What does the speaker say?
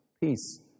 peace